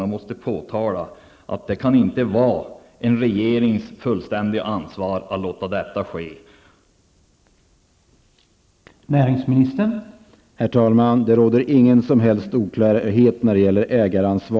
Jag måste påpeka att det inte kan vara i linje med regeringens fulla ansvar att låta denna avveckling ske.